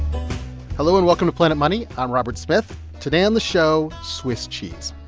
hello, and welcome to planet money. i'm robert smith. today on the show, swiss cheese.